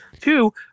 Two